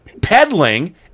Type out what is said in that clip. peddling